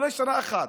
אולי שנה אחת,